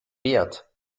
wert